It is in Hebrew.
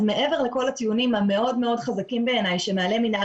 אז מעבר לכל הטיעונים המאוד מאוד חזקים בעיני שמעלה מנהל